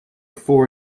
four